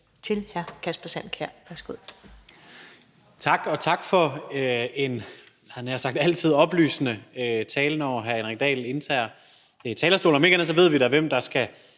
20:53 Kasper Sand Kjær (S): Tak, og tak for en, havde jeg nær sagt, altid oplysende tale, når hr. Henrik Dahl indtager talerstolen. Om ikke andet ved vi da, hvem der skal